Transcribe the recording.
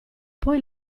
poi